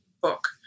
book